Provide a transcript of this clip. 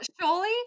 Surely